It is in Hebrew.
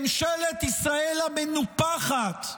ממשלת ישראל המנופחת,